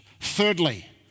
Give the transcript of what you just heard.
Thirdly